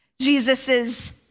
Jesus's